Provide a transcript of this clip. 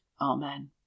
Amen